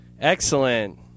Excellent